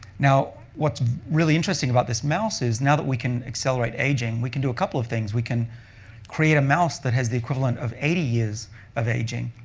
now what's really interesting about this mouse is, now that we can accelerate aging, we can do a couple of things. we can create a mouse that has the equivalent of eighty years of aging,